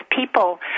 people